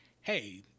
hey